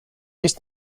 least